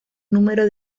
número